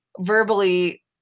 verbally